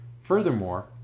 Furthermore